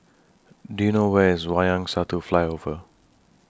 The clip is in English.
Do YOU know Where IS Wayang Satu Flyover